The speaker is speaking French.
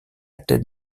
tête